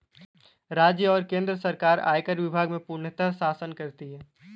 राज्य और केन्द्र सरकार आयकर विभाग में पूर्णतयः शासन करती हैं